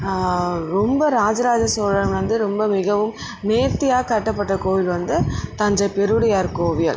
ரொம்ப ராஜராஜ சோழன் வந்து ரொம்ப மிகவும் நேர்த்தியாக கட்டப்பட்ட கோவில் வந்து தஞ்சை பெருவுடையார் கோவில்